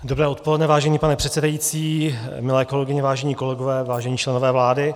Dobré odpoledne, vážený pane předsedající, milé kolegyně, vážení kolegové, vážení členové vlády.